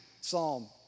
Psalm